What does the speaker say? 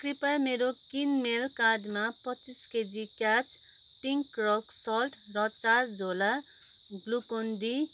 कृपया मेरो किनमेल कार्डमा पच्चिस केजी प्याज पिङ्क रक सल्ट र चार झोला ग्लुकोन्डी